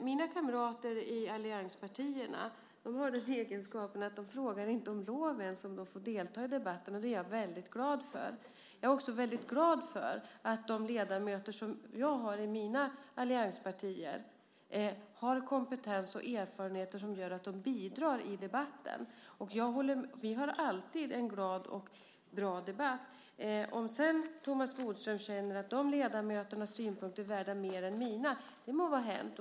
Mina kamrater i allianspartierna har den egenskapen att de inte ens frågar om lov om de får delta i debatterna, och det är jag väldigt glad för. Jag är också glad för att ledamöterna i våra allianspartier har kompetens och erfarenheter som gör att de bidrar till debatten. Vi har alltid en glad och bra debatt. Om sedan Thomas Bodström tycker att de andra ledamöternas synpunkter är mer värda än mina så må det vara hänt.